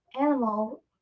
animal